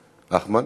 אחמד,